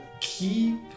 keep